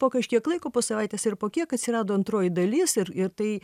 po kažkiek laiko po savaitės ar po kiek atsirado antroji dalis ir ir tai